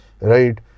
right